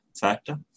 factor